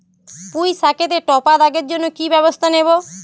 পুই শাকেতে টপা দাগের জন্য কি ব্যবস্থা নেব?